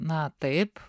na taip